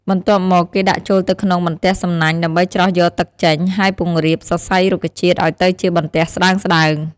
បន្ទាប់មកគេដាក់ចូលទៅក្នុងបន្ទះសំណាញ់ ដើម្បីច្រោះយកទឹកចេញ ហើយពង្រាបសរសៃរុក្ខជាតិឱ្យទៅជាបន្ទះស្ដើងៗ។